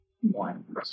One